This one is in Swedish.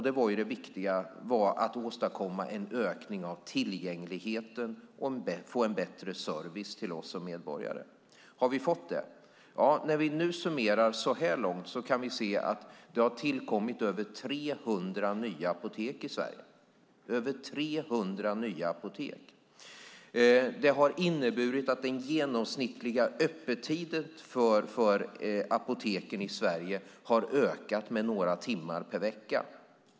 Det viktiga var att åstadkomma en ökning av tillgängligheten och få en bättre service till oss som medborgare. Har vi fått det? Ja, när vi nu summerar så här långt kan vi se att det har tillkommit över 300 nya apotek i Sverige. Det har inneburit att den genomsnittliga öppettiden för apoteken i Sverige har ökat med några timmar per vecka.